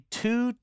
two